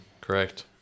Correct